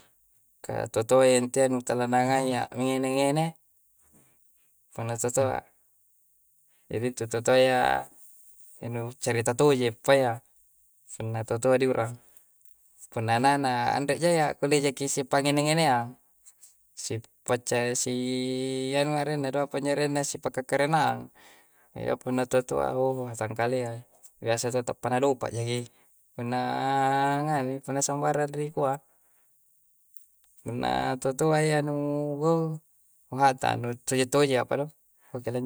Ka tutoayya intia nu tala nangai a'ngene-ngene, punna tutoa. Jari intu tutoayya, nu ccarita tojeng pa yya punna tutoa diurang. Punna ana'-ana', anre'jayya, kulle jaki sipangnge-ngeneang, sipacca si anua arenna do, apanjosse arenna? Sipakkare-karenaang. Iyapunna tutoa, oowh hatang kalea, biasa taua tappa na dopa' jaki punna nganui, punna sambarang rikua. Punna tutoa yya nu booh nu hatang, nuttoje'-toje'a pah do.